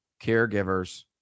caregivers